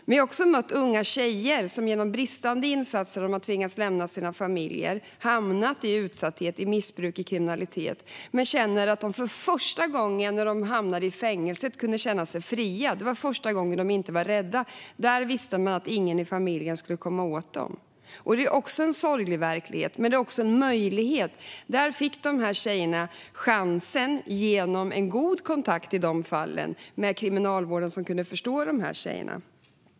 Jag har också mött unga tjejer som på grund av bristande insatser har tvingats lämna sina familjer och hamnat i utsatthet, missbruk och kriminalitet. När de hamnar i fängelse känner de sig för första gången fria. Det har varit första gången de inte har varit rädda eftersom de vet att ingen i familjen kan komma åt dem där. Det är en sorglig verklighet, men det är också en möjlighet. Där har tjejerna fått en chans tack vare en god kontakt mellan dem och Kriminalvården, som kan förstå tjejerna.